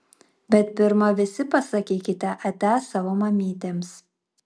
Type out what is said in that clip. bet pirma visi pasakykite ate savo mamytėms